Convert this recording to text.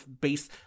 base